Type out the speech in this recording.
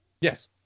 yes